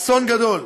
אסון גדול.